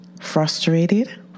frustrated